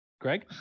Greg